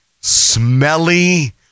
smelly